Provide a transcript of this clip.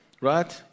right